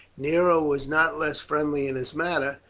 nero was not less friendly in his manner,